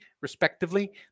Respectively